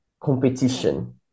competition